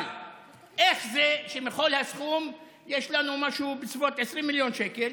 אבל איך זה שמכל הסכום יש לנו משהו בסביבות 20 מיליון שקל,